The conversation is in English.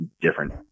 different